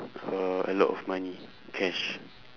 uh a lot of money cash